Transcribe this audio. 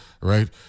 right